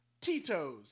Tito's